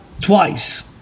twice